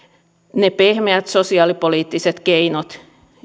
ne pehmeät sosiaalipoliittiset keinot